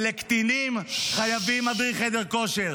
שלקטינים חייבים מדריך חדר כושר.